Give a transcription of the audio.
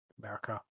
America